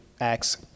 Acts